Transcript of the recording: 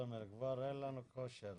אומר, אדוני היושב-ראש, שיש לנו כרגע